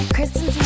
Kristen